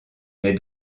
mais